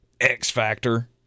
X-factor